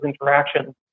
interactions